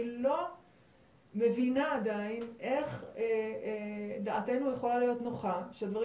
לא מבינה עדין איך דעתנו יכולה להיות נוחה שהדברים